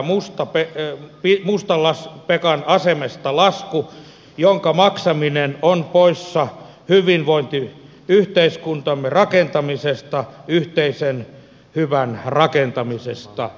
silloin käteemme jää mustan pekan asemesta lasku jonka maksaminen on poissa hyvinvointiyhteiskuntamme rakentamisesta yhteisen hyvän rakentamisesta